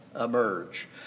emerge